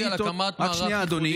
אני דיברתי על הקמת מערך ייחודי.